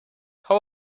how